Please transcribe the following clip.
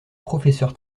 professeur